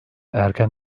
erken